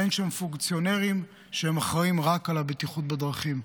אין שם פונקציונרים שאחראים רק על הבטיחות בדרכים.